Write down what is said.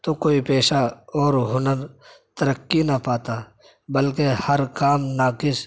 تو کوئی پیشہ اور ہنر ترقی نہ پاتا بلکہ ہر کام ناقص